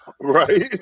right